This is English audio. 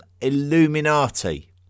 illuminati